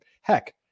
heck